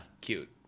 cute